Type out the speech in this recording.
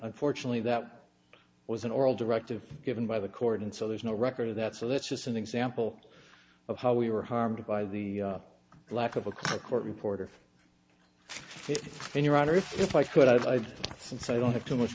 unfortunately that was an oral directive given by the court and so there's no record of that so that's just an example of how we were harmed by the lack of a court reporter in your honor if i could i'd say i don't have too much